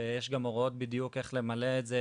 יש גם הוראות בדיוק איך למלא את זה,